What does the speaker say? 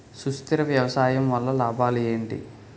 సుస్థిర వ్యవసాయం వల్ల లాభాలు ఏంటి?